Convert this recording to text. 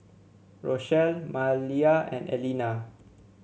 Rochelle Maleah and Allena